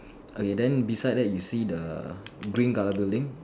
okay then beside that you see the green colour building